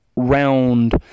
round